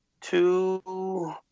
two